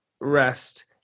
rest